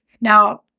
Now